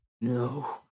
No